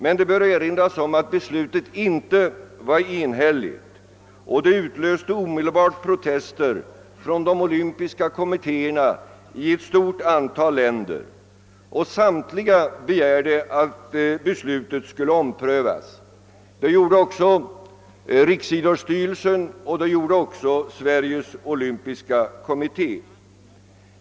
Men det bör erinras om att beslutet inte var enhälligt, och det utlöste omedelbart protester från de olympiska kommittéerna i ett stort antal länder. Samtliga begärde att beslutet skulle omprövas. Det gjorde också riksidrottsstyrelsen och Sveriges olympiska kommitté.